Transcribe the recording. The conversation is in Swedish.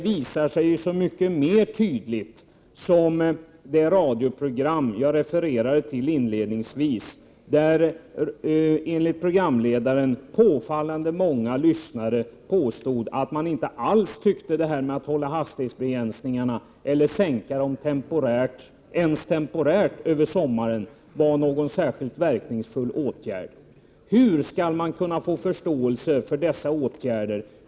Trafiksäkerhet Jag erinrar om det radioprogram som jag refererade till inledningsvis, där enligt programledaren påfallande många lyssnare påstod att de inte alls tyckte att hålla hastighetsbegränsningarna eller sänka fartgränserna ens temporärt över sommaren var några särskilt verkningsfulla åtgärder. Hur skall man kunna få förståelse för dessa åtgärder?